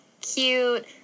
cute